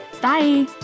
Bye